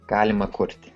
galima kurti